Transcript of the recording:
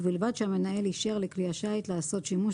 ובלבד שהמנהל אישר לכלי השיט לעשות שימוש